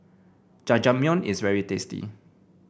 Jajangmyeon is very tasty